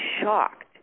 shocked